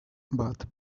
but